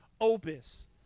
Opus